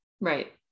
Right